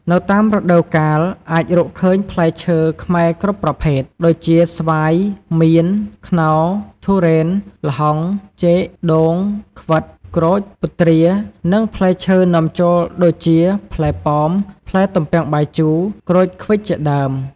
នៅតាមរដូវកាល អាចរកឃើញផ្លែឈើខ្មែរគ្រប់ប្រភេទ ដូចជា ស្វាយ មៀន ខ្នុរ ទុរេន ល្ហុង ចេក ដូង ខ្វិត ក្រូច ពុទ្រា និងផ្លែឈើនាំចូលដូចជា ផ្លែប៉ោម ផ្លែទំពាំងបាយជូរ ក្រូចឃ្វិចជាដើម។